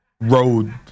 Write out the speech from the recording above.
road